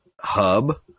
hub